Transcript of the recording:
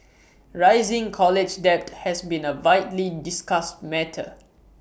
rising college debt has been A widely discussed matter